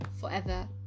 forever